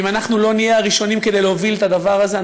ואם אנחנו לא נהיה הראשונים להוביל את הדבר הזה,